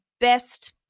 best